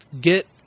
get